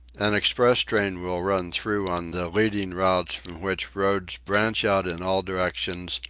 an express train will run through on the leading routes from which roads branch out in all directions,